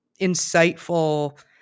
insightful